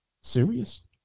Serious